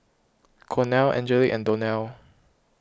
Cornel Angelic and Donell